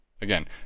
Again